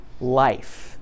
life